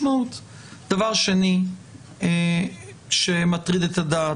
דבר שני שמטריד את הדעת,